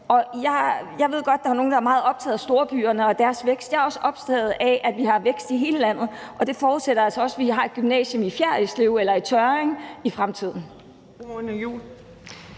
Jeg ved godt, at der er nogle, der er meget optaget af storbyerne og deres vækst – jeg er også optaget af, at vi har vækst i hele landet, og det forudsætter altså også, at vi har et gymnasium i Fjerritslev eller i Tørring i fremtiden.